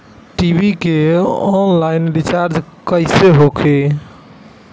TV के online recharge कैसे होखी?